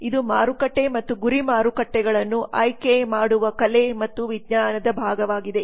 ಇದು ಮಾರುಕಟ್ಟೆ ಮತ್ತು ಗುರಿ ಮಾರುಕಟ್ಟೆಗಳನ್ನು ಆಯ್ಕೆ ಮಾಡುವ ಕಲೆ ಮತ್ತು ವಿಜ್ಞಾನದ ಭಾಗವಾಗಿದೆ